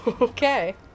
Okay